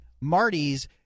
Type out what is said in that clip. Marty's